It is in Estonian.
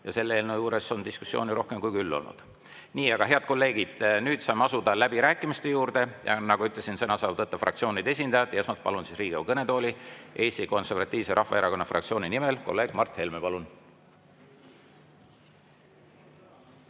ja selle eelnõu puhul on diskussiooni rohkem kui küll olnud. Aga, head kolleegid, nüüd saame asuda läbirääkimiste juurde. Ja nagu ma ütlesin, sõna saavad võtta fraktsioonide esindajad. Esmalt palun Riigikogu kõnetooli Eesti Konservatiivse Rahvaerakonna fraktsiooni nimel kolleeg Mart Helme. Palun!